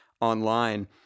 online